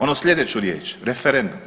Onu sljedeću riječ, referendum.